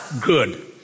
Good